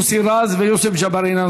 מתנגדים גם מוסי רז ויוסף ג'בארין.